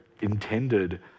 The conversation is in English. intended